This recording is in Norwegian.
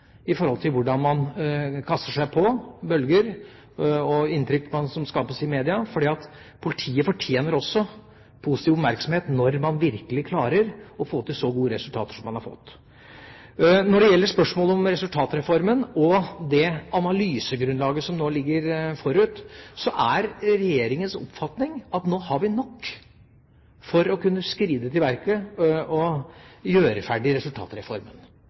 kaster seg på bølger og inntrykk som skapes i media, for politiet fortjener også positiv oppmerksomhet når man virkelig klarer å få til så gode resultater som man har fått til. Når det gjelder spørsmålet om resultatreformen og det analysegrunnlaget som nå ligger forut, er regjeringas oppfatning at nå har vi nok for å kunne skride til verket og gjøre ferdig